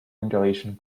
ventilation